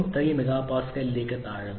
3 എംപിഎയിലേക്ക് താഴുന്നു